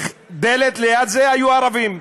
דלת ליד זה היו ערבים,